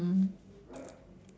mm